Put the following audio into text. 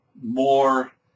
more